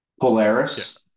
Polaris